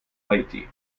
haiti